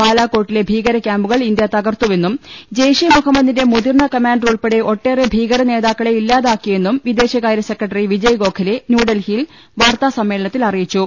ബാലാകോട്ടിലെ ഭീകരക്യാമ്പുകൾ ഇന്ത്യ തകർത്തുവെന്നും ജയ്ഷെ മുഹമ്മദിന്റെ മുതിർന്ന കമാൻഡർ ഉൾപ്പെടെ ഒട്ടേറെ ഭീകര നേതാക്കളെ ഇല്ലാതാക്കിയെന്നും വിദേ ശകാര്യ സെക്രട്ടറി വിജയ് ഗോഖലെ ന്യൂഡൽഹിയിൽ വാർത്താ സമ്മേളനത്തിൽ അറിയിച്ചു